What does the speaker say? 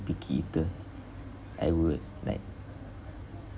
picky eater I would like